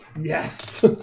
Yes